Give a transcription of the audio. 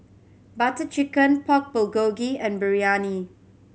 Butter Chicken Pork Bulgogi and Biryani